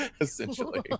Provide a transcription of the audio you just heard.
essentially